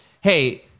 hey